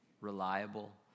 reliable